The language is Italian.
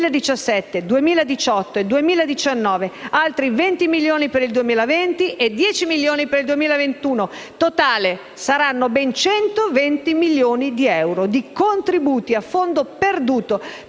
2017, 2018 e 2019, altri 20 milioni per il 2020 e 10 milioni per il 2021. In totale saranno ben 120 milioni di euro di contributi a fondo perduto